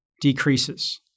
decreases